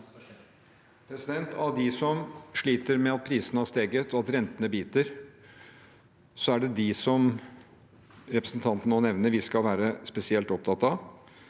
Av de som sliter med at prisene har steget og rentene biter, er det dem representanten nå nevner, vi skal være spesielt opptatt av